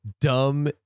dumb